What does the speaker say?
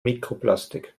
mikroplastik